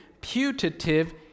putative